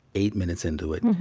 eight minutes into it,